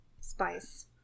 spice